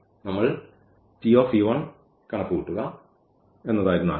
നമ്മൾ ഈ കണക്കുകൂട്ടുക എന്നതായിരുന്നു ആശയം